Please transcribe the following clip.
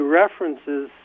references